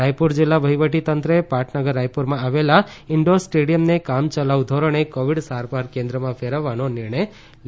રાયપુર જિલ્લા વહીવટીતંત્રે પાટનગર રાયપુરમાં આવેલા ઇનડોર સ્ટેડિયમને કામચલાઉ ધોરણે કોવિડ સારવાર કેન્દ્રમાં ફેરવવાનો નિર્ણય લીધો છે